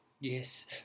Yes